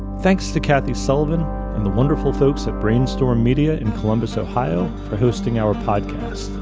thanks to kathy sullivan and the wonderful folks at brainstorm media in columbus, ohio for hosting our podcast.